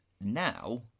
now